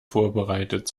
vorbereitet